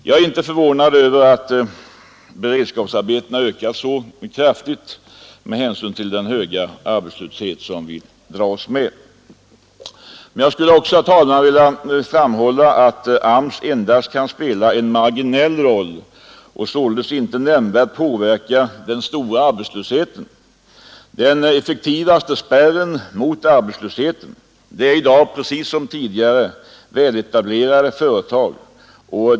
Jag är inte förvånad över att beredskapsarbetena ökar så kraftigt med hänsyn till den höga arbetslöshet som vi dras med. Jag skulle också, herr talman, vilja framhålla att AMS endast kan spela en marginell roll och således inte nämnvärt kan påverka den stora arbetslösheten. Den effektivaste spärren mot arbetslösheten är i dag precis som tidigare väletablerade företag.